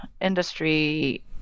industry